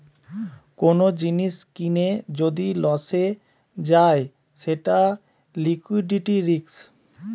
কোন জিনিস কিনে যদি লসে যায় সেটা লিকুইডিটি রিস্ক